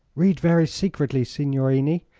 read very secretly, signorini,